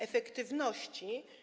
Efektywności.